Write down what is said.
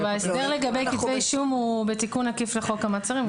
ההסדר לגבי כתבי אישום הוא בתיקון עקיף לחוק המעצרים.